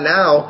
now